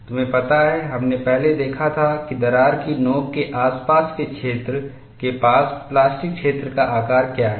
तुम्हें पता है हमने पहले देखा था कि दरार की नोक के आसपास के क्षेत्र के पास प्लास्टिक क्षेत्र का आकार क्या है